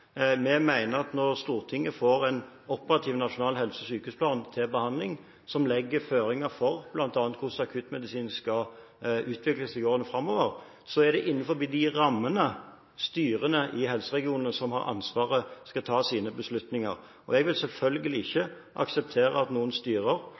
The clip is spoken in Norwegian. Vi mener at når Stortinget får til behandling en operativ nasjonal helse- og sykehusplan – som legger føringer for bl.a. hvordan akuttmedisinen skal utvikle seg i årene framover – er det innenfor rammene av den styrene i helseregionene som har ansvaret, skal ta sine beslutninger. Jeg vil selvfølgelig